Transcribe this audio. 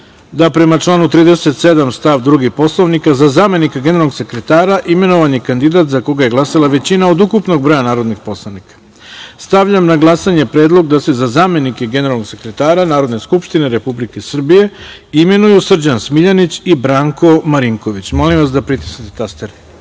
da, prema članu 37. stav 2. Poslovnika, za zamenika generalnog sekretara imenovan je kandidat za koga je glasala većina od ukupnog broja narodnih poslanika. Stavljam na glasanje Predlog da se za zamenike generalnog sekretara Narodne skupštine Republike Srbije imenuju Srđan Smiljanić i Branko Marinković. Molim vas da pritisnete tastere. Ukupno